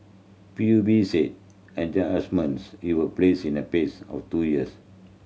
P U B said adjustments it will take place in the phase over two years